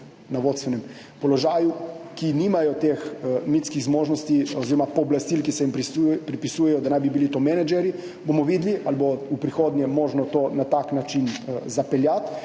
na vodstvenih položajih, ki nimajo teh mitskih zmožnosti oziroma pooblastil, ki se jim pripisujejo, da naj bi bili to menedžerji, bomo videli, ali bo možno v prihodnje to na tak način zapeljati.